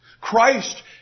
Christ